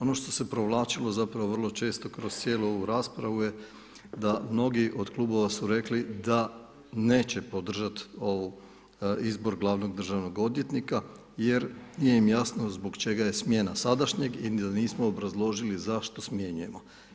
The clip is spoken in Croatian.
Ono što se provlačilo zapravo vrlo često kroz cijelu ovu raspravu je da mnogi od klubova su rekli da neće podržati ovu izbor glavnog državnog odvjetnika jer nije im jasno zbog čega je smjena sadašnjeg i da nismo obrazložili zašto smjenjujemo.